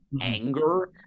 anger